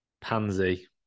pansy